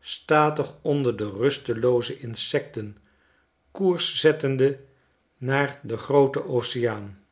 statig onder de rustelooze insecten koers zettende naar den grooten oceaan